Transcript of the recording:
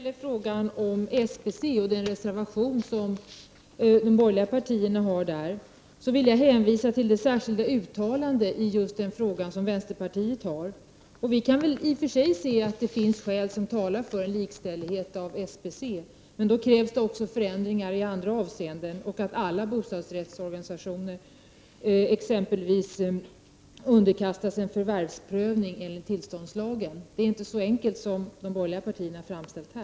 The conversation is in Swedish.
Fru talman! När det gäller SBC och den reservation som de borgerliga partierna har avgett vill jag hänvisa till det särskilda uttalande som vänsterpartiet har gjort i just den frågan. Vi kan se att det i och för sig finns skäl som talar för likställighet mellan SBC och andra folkrörelseföretag men då krävs det också förändringar i andra avseenden och att alla bostadsrättsorganisationer underkastas en förvärvsprövning enligt tillståndslagen. Det är inte så enkelt som de borgerliga partierna här har framställt saken.